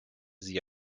sie